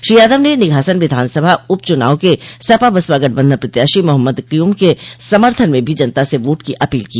श्री यादव ने निघासन विधानसभा उप चुनाव के सपा बसपा गठबंधन प्रत्याशी मोहम्मद क्यूम के समर्थन में भी जनता से वोट की अपील की